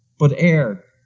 but air,